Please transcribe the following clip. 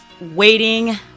waiting